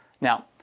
Now